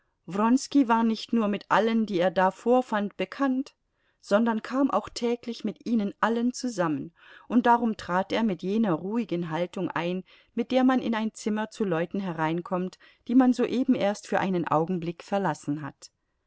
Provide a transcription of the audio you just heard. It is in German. war nicht nur mit allen die er da vorfand bekannt sondern kam auch täglich mit ihnen allen zusammen und darum trat er mit jener ruhigen haltung ein mit der man in ein zimmer zu leuten hereinkommt die man soeben erst für einen augenblick verlassen hat